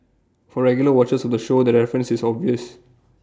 for regular watchers of the show the reference is obvious